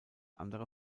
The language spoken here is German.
andere